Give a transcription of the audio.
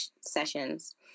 sessions